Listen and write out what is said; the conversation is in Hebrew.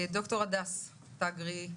ד"ר הדס תגרי,